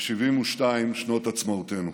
ב-72 שנות עצמאותנו.